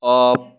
of